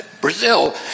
Brazil